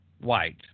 white